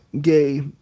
gay